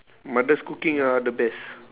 mother's cooking are the best